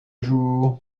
jour